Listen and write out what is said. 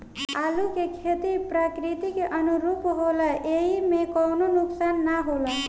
आलू के खेती प्रकृति के अनुरूप होला एइमे कवनो नुकसान ना होला